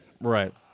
Right